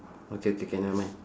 okay okay K nevermind